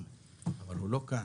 אבל הוא לא כאן.